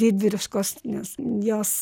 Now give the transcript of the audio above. didvyriškos nes jos